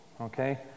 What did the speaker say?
okay